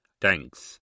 Thanks